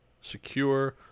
secure